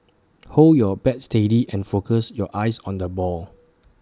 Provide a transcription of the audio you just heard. hold your bat steady and focus your eyes on the ball